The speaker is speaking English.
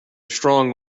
strong